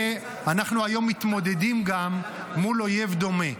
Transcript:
אנחנו היום מתמודדים גם מול אויב דומה,